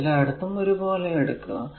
എന്നത് എല്ലായിടത്തും ഒരേ പോലെ എടുക്കുക